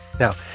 Now